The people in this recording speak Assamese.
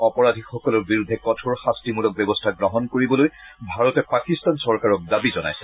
অপৰাধীসকলৰ বিৰুদ্ধে কঠোৰ শাস্তিমূলক ব্যৱস্থা গ্ৰহণ কৰিবলৈ ভাৰতে পাকিস্তান চৰকাৰক দাবী জনাইছে